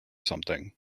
something